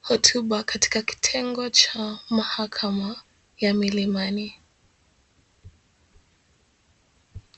hotuba katika kitengo cha mahakama ya Milimani.